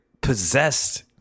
possessed